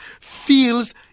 feels